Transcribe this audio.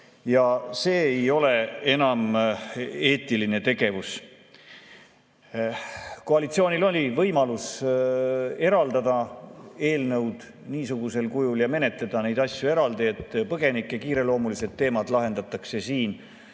See ei ole enam eetiline tegevus. Koalitsioonil oli võimalus eraldada eelnõu niisugusel kujul ja menetleda neid asju eraldi, et põgenike kiireloomulised teemad lahendatakse siin